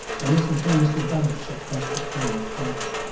can instantaneously banish such gastric pain or cramps.